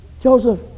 Joseph